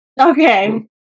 Okay